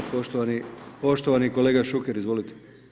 Poštovani kolega Šuker, izvolite.